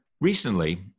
Recently